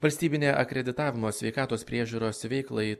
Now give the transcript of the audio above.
valstybinė akreditavimo sveikatos priežiūros veiklai